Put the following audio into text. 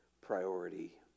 priority